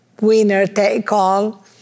winner-take-all